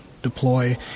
deploy